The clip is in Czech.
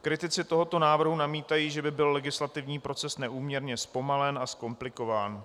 Kritici tohoto návrhu namítají, že by byl legislativní proces neúměrně zpomalen a zkomplikován.